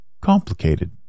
complicated